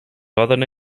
òdena